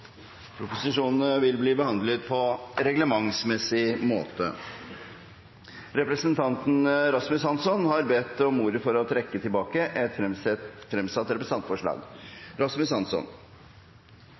og vil ta sete. Representanten Rasmus Hansson har bedt om ordet for å trekke tilbake et fremsatt representantforslag.